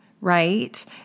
right